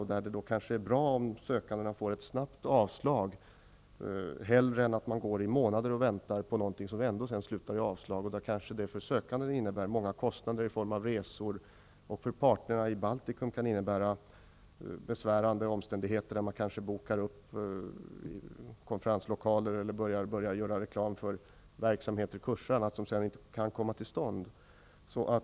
I sådana fall är det bättre att sökandena får ett snabbt avslag än att de går i månader och väntar på något som ändå slutar i avslag. För sökanden kan det ha inneburit kostnader i form av resor. För parterna i Baltikum kan det ha medfört besvärande omständigheter. De kanske har bokat konferenslokaler och börjat göra reklam för verksamheter, kurser m.m., som sedan inte kan komma till stånd.